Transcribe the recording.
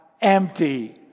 empty